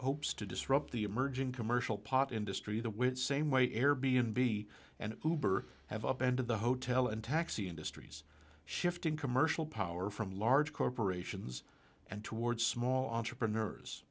hopes to disrupt the emerging commercial pot industry the which same way air b n b and goober have up ended the hotel and taxi industries shifting commercial power from large corporations and towards small entrepreneurs